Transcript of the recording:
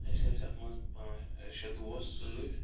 أسۍ ٲسۍ اتھ منٛز پا شیٚے دوس سۭتۍ